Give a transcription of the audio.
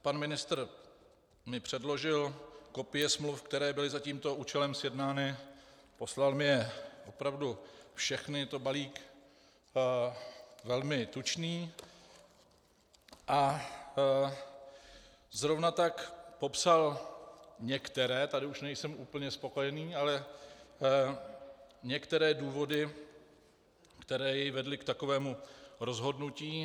Pan ministr mi předložil kopie smluv, které byly za tímto účelem sjednány, poslal mi je opravdu všechny, je to balík velmi tučný , a zrovna tak popsal některé tady už nejsem úplně spokojený některé důvody, které jej vedly k takovému rozhodnutí.